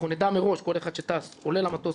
אנחנו נדע מראש על כל אחד שעולה למטוס,